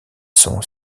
sont